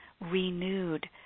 renewed